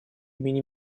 имени